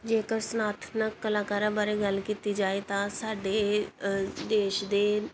ਜੇਕਰ ਸਨਾਥਨਕ ਕਲਾਕਾਰਾਂ ਬਾਰੇ ਗੱਲ ਕੀਤੀ ਜਾਏ ਤਾਂ ਸਾਡੇ ਅ ਦੇਸ਼ ਦੇ